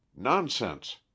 Nonsense